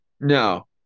no